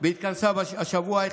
בהתכנסה השבוע,